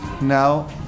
Now